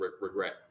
regret